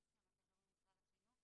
תמי אומנסקי, המטה הלאומי, משרד החינוך.